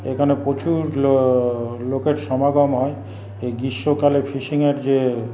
এখানে প্রচুর লোকের সমাগম হয় এই গ্রীষ্মকালে ফিশিংয়ের যে